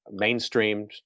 mainstreamed